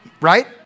right